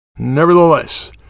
Nevertheless